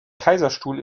kaiserstuhl